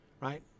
right